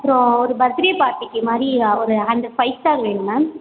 அப்புறம் ஒரு birthday பார்ட்டிக்கு மாதிரி ஒரு ஹண்ட்ரட் ஃபைவ் ஸ்டார் வேணும் மேம்